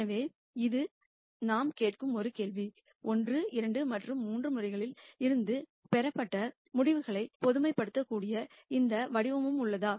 எனவே இது நாம் கேட்கும் ஒரு கேள்வி 1 2 மற்றும் 3 முறைகளில் இருந்து பெறப்பட்ட முடிவுகளை பொதுமைப்படுத்தக்கூடிய எந்த வடிவமும் உள்ளதா